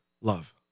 love